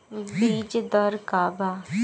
बीज दर का वा?